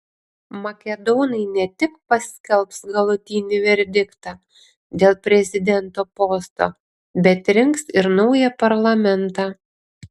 makedonai ne tik paskelbs galutinį verdiktą dėl prezidento posto bet rinks ir naują parlamentą